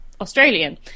Australian